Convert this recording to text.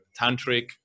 tantric